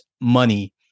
money